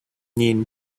nhìn